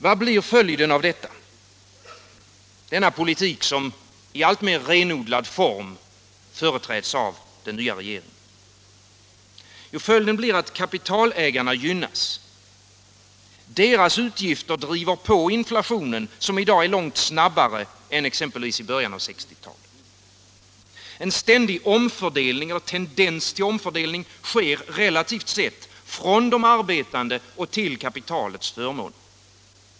Vad blir följden av denna politik, som i alltmer renodlad form företräds av den nya regeringen? Kapitalägarna gynnas, deras utgifter driver på inflationen, som i dag är långt snabbare än exempelvis i början av 1960 talet. En ständig tendens till omfördelning sker relativt sett från de arbetande och till kapitalets förmån.